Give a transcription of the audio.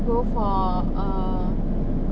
go for err